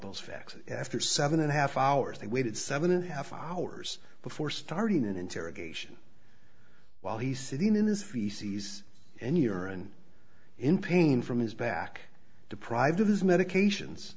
those facts after seven and a half hours they waited seven and half hours before starting an interrogation while he's sitting in this feces and urine in pain from his back deprived of his medications